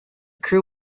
crew